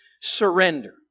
surrender